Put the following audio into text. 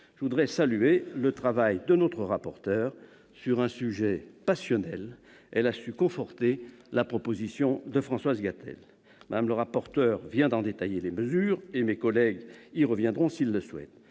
Je tiens à saluer le travail accompli par notre rapporteur. Sur un sujet passionnel, elle a su conforter la proposition de Françoise Gatel. Mme le rapporteur vient de détailler les mesures en question ; mes collègues y reviendront s'ils le souhaitent.